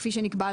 כפי שנקבע,